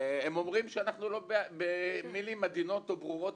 והם אומרים שאנחנו במילים ברורות